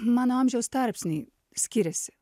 mano amžiaus tarpsny skyrėsi